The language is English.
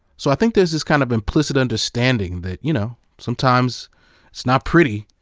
so i think this is kind of implicit understanding that, you know, sometimes it's not pretty,